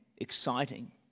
exciting